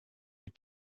your